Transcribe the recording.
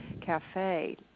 Cafe